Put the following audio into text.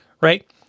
right